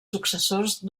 successors